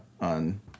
on